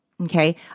okay